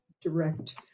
direct